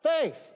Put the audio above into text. faith